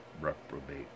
reprobate